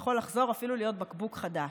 שיכול לחזור אפילו להיות בקבוק חדש.